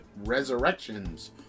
Resurrections